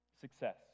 success